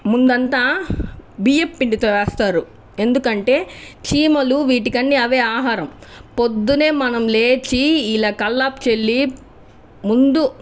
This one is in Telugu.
ముందు అంతా బియ్యపు పిండితో వేస్తారు ఎందుకంటే చీమలు విటికన్నీ అవే ఆహారం పొద్దున్నే మనం లేచి ఇలా కల్లాపి చల్లి ముందు